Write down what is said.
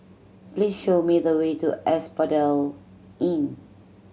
please show me the way to Asphodel Inn